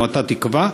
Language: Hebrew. או שאתה תקבע,